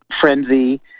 frenzy